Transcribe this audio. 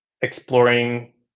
exploring